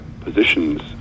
positions